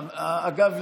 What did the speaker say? אגב,